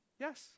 yes